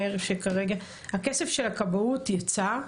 שכרגע, הכסף של הכבאות יצא.